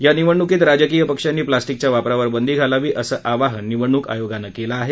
या निवडणूकीत राजकीय पक्षांनी प्लास्टिकच्या वापरावर बंदी घालावी असं आवाहनही निवडणूक आयोगानं केलं आहे